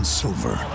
silver